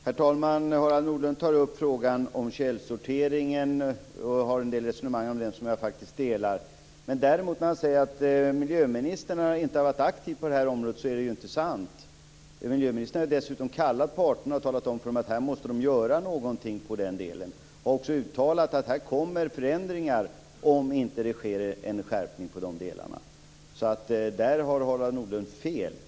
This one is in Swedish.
Herr talman! Harald Nordlund för en del resonemang om källsorteringen som jag faktiskt delar. Hans uttalande att miljöministern inte har varit aktiv på det här området är däremot inte sant. Miljöministern har dessutom vänt sig till parterna och talat om för dem att de måste göra någonting i detta sammanhang. Han har också uttalat att det kommer att göras förändringar om man inte skärper sig i detta avseende. Harald Nordlund har alltså fel.